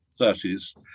30s